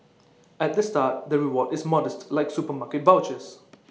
at the start the reward is modest like supermarket vouchers